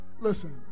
Listen